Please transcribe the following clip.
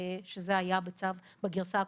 שזה היה בגרסה הקודמת,